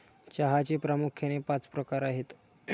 चहाचे प्रामुख्याने पाच प्रकार आहेत